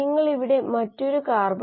നിങ്ങൾ ഇവിടെ വളരെ നല്ല ബന്ധം കാണുന്നു